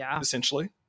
essentially